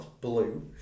Blue